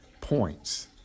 points